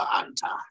anta